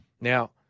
Now